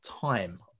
time